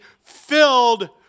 filled